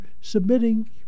submitting